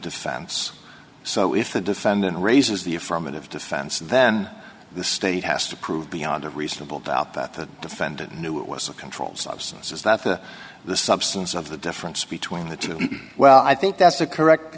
defense so if the defendant raises the affirmative defense then the state has to prove beyond a reasonable doubt that the defendant knew it was a controlled substance is that the the substance of the difference between the two well i think that's a correct